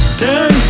turn